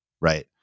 right